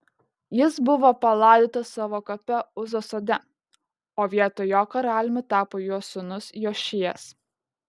jis buvo palaidotas savo kape uzos sode o vietoj jo karaliumi tapo jo sūnus jošijas